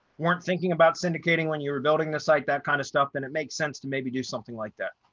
weren't thinking about syndicating when you were building the site, that kind of stuff then it makes sense to maybe do something like that.